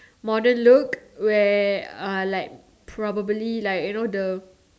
modern look where uh like probably like you know the